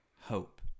hope